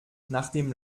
nachdem